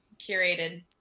curated